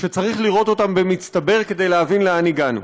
שצריך לראות אותן במצטבר כדי להבין לאן הגענו: